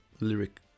lyric